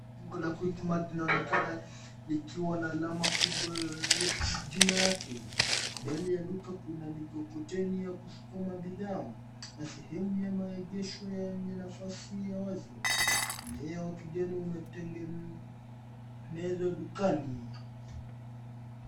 Jengo la Quickmart linaonekana likiwa na alama kubwa la jina yake. Mbele ya duka kuna mikokoteni ya kusukuma bidhaa na sehemu ya maegesho yenye nafasi ya wazi. Mmea wa kijani umetengenezwa dukani .